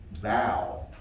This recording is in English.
bow